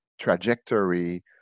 trajectory